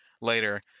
later